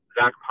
Zach